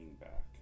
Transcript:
back